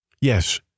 Yes